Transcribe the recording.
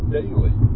daily